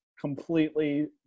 completely